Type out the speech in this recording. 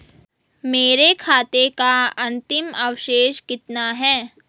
मेरे खाते का अंतिम अवशेष कितना है?